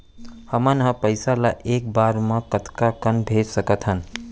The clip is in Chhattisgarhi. हमन ह पइसा ला एक बार मा कतका कन भेज सकथन?